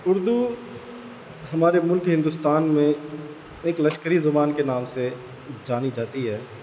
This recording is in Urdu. اردو ہمارے ملک ہندوستان میں ایک لشکری زبان کے نام سے جانی جاتی ہے